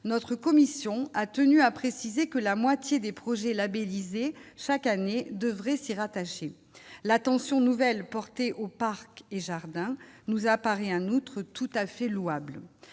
notre commission a tenu à préciser que la moitié des projets labellisés chaque année devrait s'y rattacher l'attention nouvelle portée aux parcs et jardins, nous à Paris, un autre tout à fait louable,